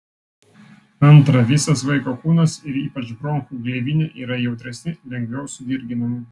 antra visas vaiko kūnas ir ypač bronchų gleivinė yra jautresni lengviau sudirginami